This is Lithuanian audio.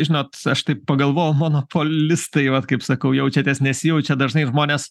žinot aš taip pagalvojau monopolistai vat kaip sakau jaučiatės nesijaučiat dažnai žmonės